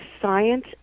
science